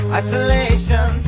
isolation